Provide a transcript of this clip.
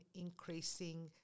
increasing